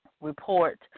report